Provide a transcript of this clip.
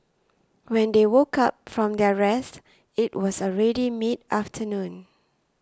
when they woke up from their rest it was already mid afternoon